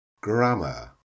grammar